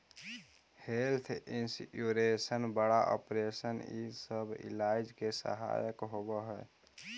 health insurance बड़ा operation इ सब इलाज में सहायक होवऽ हई